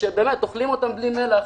שבאמת אוכלים אותם בלי מלח,